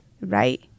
Right